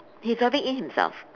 he's driving in himself